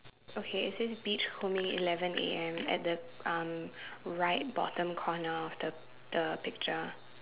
okay it says beach homing eleven A_M at the um right bottom corner of the the picture